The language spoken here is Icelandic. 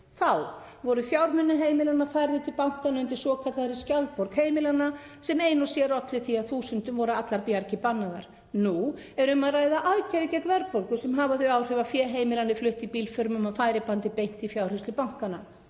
Þá voru fjármunir heimilanna færðir til bankanna undir svokallaðri skjaldborg heimilanna sem ein og sér olli því að þúsundum voru allar bjargir bannaðar. Nú er um að ræða aðgerðir gegn verðbólgu sem hafa þau áhrif að fé heimilanna er flutt í bílförmum á færibandi beint í fjárhirslur bankanna.